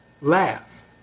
laugh